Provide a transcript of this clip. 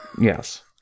Yes